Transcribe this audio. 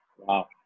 Wow